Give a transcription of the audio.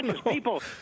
people